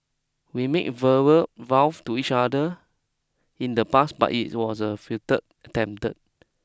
we made verbal vows to each other in the past but it was a futile attempt